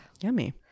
Yummy